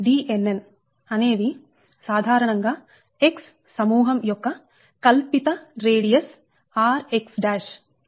Dnn అనేవి సాధారణం గా X సమూహం యొక్క కల్పిత రేడియస్ rx